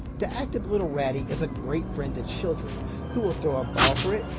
the active little rattie is a great friend to children who will throw a ball for it,